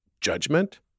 judgment